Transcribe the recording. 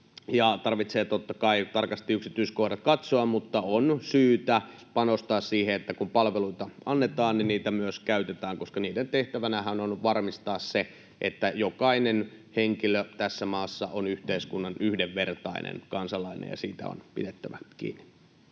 Tarvitsee totta kai tarkasti yksityiskohdat katsoa, mutta on syytä panostaa siihen, että kun palveluita annetaan, niitä myös käytetään, koska niiden tehtävänähän on varmistaa se, että jokainen henkilö tässä maassa on yhteiskunnan yhdenvertainen kansalainen, ja siitä on pidettävä kiinni.